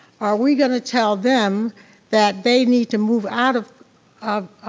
are we gonna tell them that they need to move out of